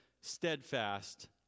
steadfast